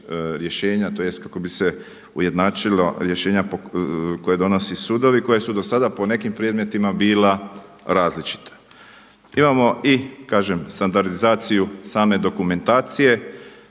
rješenja, tj. kako bi se ujednačila rješenja koja donose sudovi koja su do sada po nekim predmetima bila različita. Imamo i standardizaciju same dokumentacije